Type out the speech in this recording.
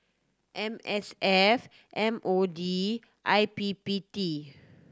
M S F M O D and I P P T